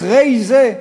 אחרי זה,